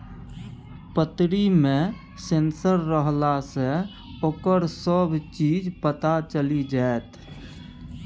पतरी मे सेंसर रहलासँ ओकर सभ चीज पता चलि जाएत